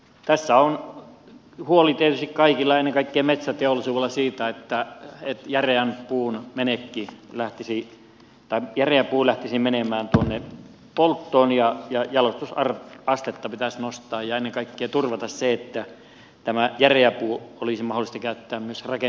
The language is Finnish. tässä on huoli tietysti kaikilla ennen kaikkea metsäteollisuudella siitä että järeä puu lähtisi menemään tuonne polttoon ja jalostusastetta pitäisi nostaa ja ennen kaikkea turvata se että tämä järeä puu olisi mahdollista käyttää myös rakentamisessa ja muussa